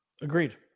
Agreed